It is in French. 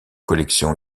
collections